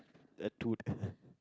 attitude